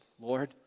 Lord